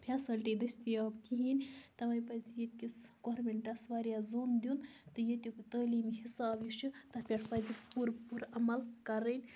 facility دٔستِیاب کِہیٖنۍ تَوٕے پَزِ ییٚتہِ کِس گورمنٹَس واریاہ زوٚن دیُن تہٕ ییٚتیُک تعلیٖمی حساب یُس چھُ تَتھ پٮ۪ٹھ پَزیٚس پوٗرٕ عمل کَرٕنۍ